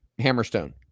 hammerstone